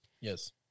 yes